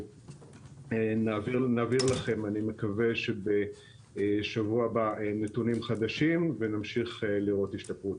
אני מקווה שבשבוע הבא נעביר לכם נתונים חדשים ונמשיך לראות השתפרות.